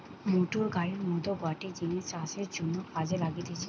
motor গাড়ির মত গটে জিনিস চাষের জন্যে কাজে লাগতিছে